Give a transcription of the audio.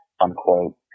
unquote